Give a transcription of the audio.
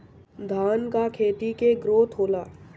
धान का खेती के ग्रोथ होला?